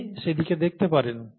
আপনি সেদিকে দেখতে পারেন